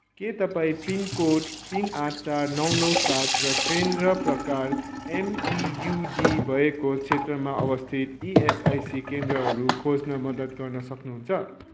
के तपाईँ पिनकोड तिन आठ चार नौ नौ सात र केन्द्र प्रकार एमइयुडी भएको क्षेत्रमा अवस्थित इएसआइसी केन्द्रहरू खोज्न मद्दत गर्न सक्नुहुन्छ